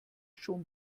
schon